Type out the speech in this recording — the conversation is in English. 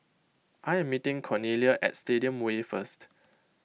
I am meeting Cornelia at Stadium Way first